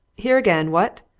here again, what?